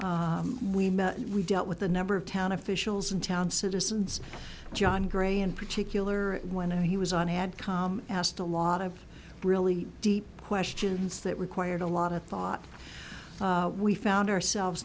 meeting we met we dealt with a number of town officials and town citizens john gray in particular when he was on had come asked a lot of really deep questions that required a lot of thought we found ourselves